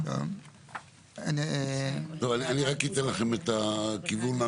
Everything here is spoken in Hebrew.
אני אתן לכם רק את הכיוון.